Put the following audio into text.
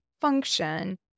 function